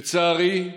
לצערי,